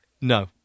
No